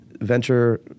venture